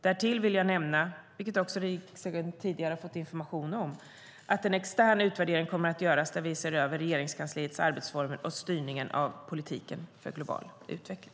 Därtill vill jag nämna, vilket också riksdagen tidigare har fått information om, att en extern utvärdering kommer att göras där vi ser över Regeringskansliets arbetsformer och styrningen av politiken för global utveckling.